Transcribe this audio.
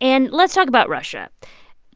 and let's talk about